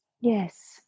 Yes